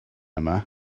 yma